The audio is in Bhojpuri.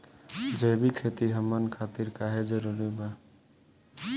जैविक खेती हमन खातिर काहे जरूरी बा?